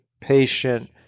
patient